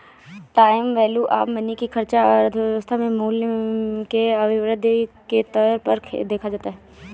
time value of money की चर्चा अर्थव्यवस्था में मूल्य के अभिवृद्धि के तौर पर देखा जाता है